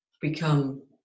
become